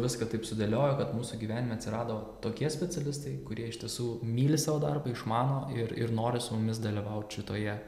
viską taip sudėliojo kad mūsų gyvenime atsirado tokie specialistai kurie iš tiesų myli savo darbą išmano ir ir nori su mumis dalyvaut šitoje